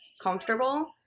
comfortable